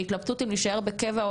בהתלבטות אם להישאר בקבע,